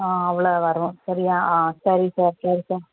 ஆ அவ்வளோ வரும் சரியா ஆ சரி சார் சரி சார்